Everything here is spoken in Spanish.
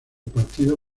partido